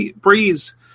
Breeze